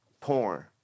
porn